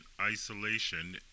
isolation